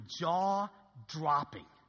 jaw-dropping